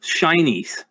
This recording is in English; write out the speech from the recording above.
shinies